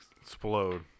explode